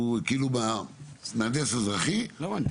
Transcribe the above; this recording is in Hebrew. שהוא מהנדס אזרחי --- לא הבנתי,